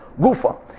gufa